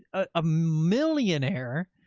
ah a millionaire